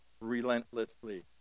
relentlessly